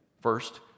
first